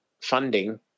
funding